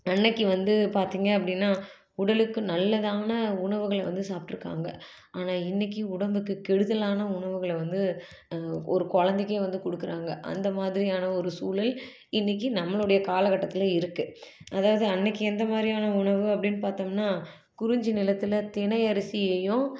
அன்னைக்கு வந்து பார்த்திங்க அப்படின்னா உடலுக்கு நல்லதான உணவுகளை வந்து சாப்பிட்ருக்காங்க ஆனால் இன்றைக்கி உடம்புக்கு கெடுதலான உணவுகளை வந்து ஒரு குலந்தைக்கே வந்து கொடுக்கறாங்க அந்த மாதிரியான ஒரு சூழல் இன்றைக்கி நம்மளோடைய காலகட்டத்தில் இருக்குது அதாவது அன்றைக்கி எந்த மாதிரியான உணவு அப்படின்னு பார்த்தோம்னா குறிஞ்சி நிலத்தில் தினை அரிசியையும்